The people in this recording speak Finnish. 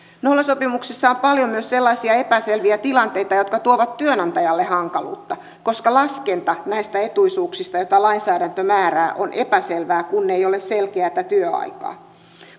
nollasopimuksissa on paljon myös sellaisia epäselviä tilanteita jotka tuovat työnantajalle hankaluutta koska laskenta näistä etuisuuksista joita lainsäädäntö määrää on epäselvää kun ei ole selkeätä työaikaa